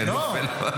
שנופל --- לא,